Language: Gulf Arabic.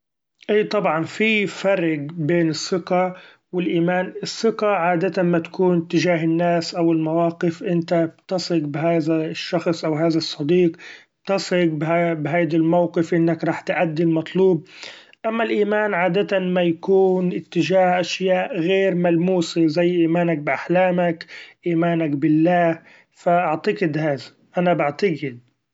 ايي طبعا في فرق بين الثقة و الإيمان ، الثقة عادة ما تكون تجاه الناس أو المواقف أنت بتثق بهذا الشخص أو هذا الصديق ، بتثق بهيدي الموقف إنك رح تأدي المطلوب ، أما الإيمان عادة ما يكون اتجاه اشياء غير ملموسي زي إيمانك بأحلامك ، إيمانك بالله ف اعتقد هذا أنا بعتقد.